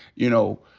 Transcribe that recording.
you know,